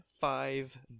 five